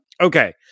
okay